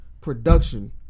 production